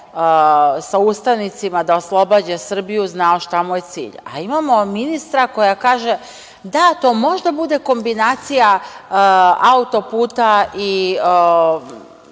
sa ustanicima da oslobađa Srbiju znao šta mu je cilj. A imamo ministra koja kaže – da, to možda bude kombinacija autoputa i